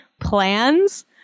plans